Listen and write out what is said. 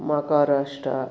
Maharashtra